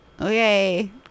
okay